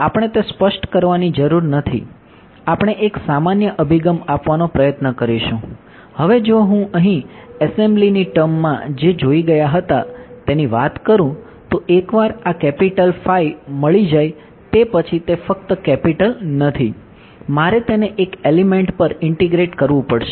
આપણને ખરેખર લિનિયર છે જેના પર મારે કામ કરવું પડશે